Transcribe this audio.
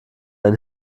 ein